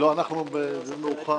לא, מאוחר.